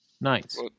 Nice